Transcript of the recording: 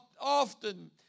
often